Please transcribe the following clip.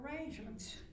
arrangements